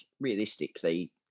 realistically